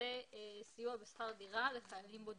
שזה סיוע בשכר דירה לחיילים בודדים.